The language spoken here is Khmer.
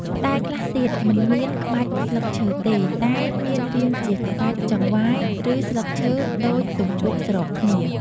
ផ្តែរខ្លះទៀតមិនមានក្បាច់ស្លឹកឈើទេ តែមានរាងជាក្បាច់ចង្វាយឬស្លឹកឈើដូចទម្ពក់ស្របគ្នា។